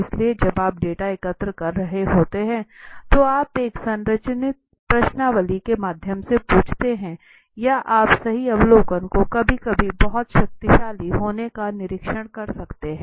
इसलिए जब आप डेटा एकत्र कर रहे होते हैं तो आप एक संरचित प्रश्नावली के माध्यम से पूछते हैं या आप सही अवलोकन को कभी कभी बहुत शक्तिशाली होने का निरीक्षण कर सकते हैं